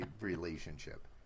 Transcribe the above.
relationship